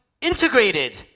integrated